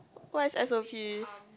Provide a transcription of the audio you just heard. what is s_o_p